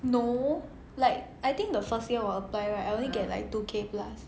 no like I think the first year 我 apply right I only get like two K plus